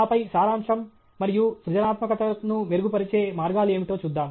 ఆపై సారాంశం మరియు సృజనాత్మకతను మెరుగుపరిచే మార్గాలు ఏమిటో చూద్దాం